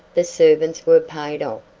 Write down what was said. the servants were paid off,